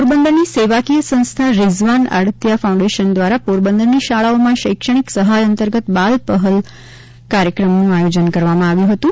પોરબંદરની સેવાકીય સંસથા રીઝવાન આડતીયા ફાઉન્ડેશન દ્વારા પોરબંદરની શાળાઓમાં શૈક્ષણિક સહાય અંતર્ગત બાલ પહલ કાર્યક્રમનું આયોજન કરવામાં આવ્યું હતું